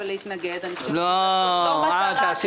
קוראים